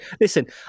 Listen